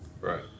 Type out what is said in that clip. Right